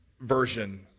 version